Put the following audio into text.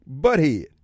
butthead